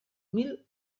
mil